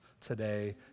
today